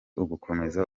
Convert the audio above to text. ugukomeza